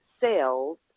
sales